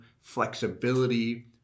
flexibility